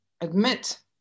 admit